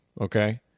okay